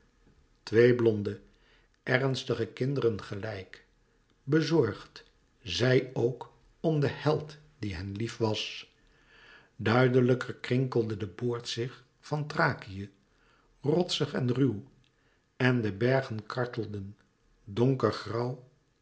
twee blonde ernstige kinderen gelijk bezorgd zij ook om den held die hen lief was duidelijker krinkelde de boord zich van thrakië rotsig en ruw en de bergen kartelden